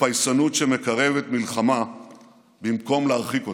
לפייסנות שמקרבת מלחמה במקום להרחיק אותה.